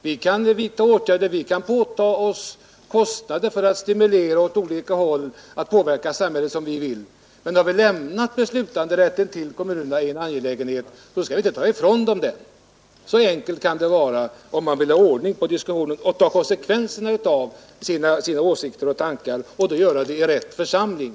Vi kan vidta åtgärder, påta oss kostnader för att stimulera åt olika håll och påverka samhället så som vi vill, men har vi lämnat beslutanderätten i en angelägenhet åt kommunerna skall vi inte sedan ta ifrån dem den. Så enkelt kan det vara om man vill ha ordning på diskussionen samt ta konsekvenserna av sina åsikter och göra det i rätt församling.